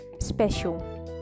special